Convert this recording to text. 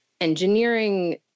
engineering